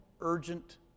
urgent